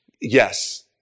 Yes